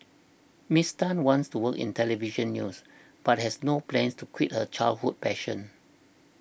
Miss Tan wants to work in Television News but has no plans to quit her childhood passion